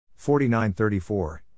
4934